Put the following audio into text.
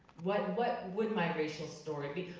what what would my racial story be?